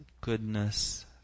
goodness